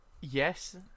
yes